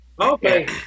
Okay